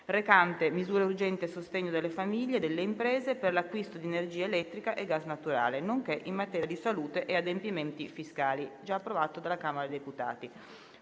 recante misure urgenti a sostegno delle famiglie e delle imprese per l'acquisto di energia elettrica e gas naturale, nonché in materia di salute e adempimenti fiscali"